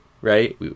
right